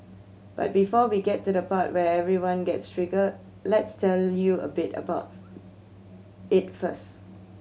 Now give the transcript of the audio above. but before we get to the part where everyone gets triggered let's tell you a bit about it first